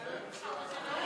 חבר הכנסת נחמן